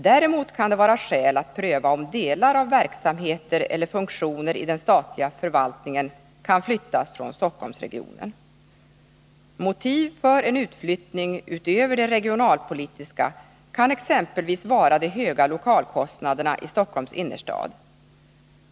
Däremot kan det vara skäl att pröva om delar av verksamheter eller funktioner i den statliga förvaltningen kan flyttas från Stockholmsregionen. Motiv för en utflyttning utöver de regionalpolitiska kan exempelvis vara de höga lokalkostnaderna i Stockholms innerstad.